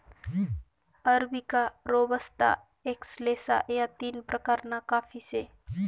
arabica, robusta, excelsa या तीन प्रकारना काफी से